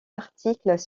articles